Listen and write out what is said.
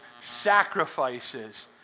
sacrifices